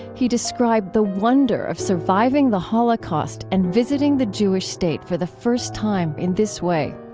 he described the wonder of surviving the holocaust and visiting the jewish state for the first time in this way,